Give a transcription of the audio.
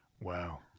Wow